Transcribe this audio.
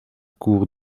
cour